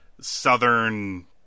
Southern